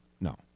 no